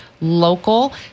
local